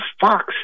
Fox